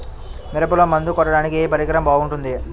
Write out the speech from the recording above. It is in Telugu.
మిరపలో మందు కొట్టాడానికి ఏ పరికరం బాగుంటుంది?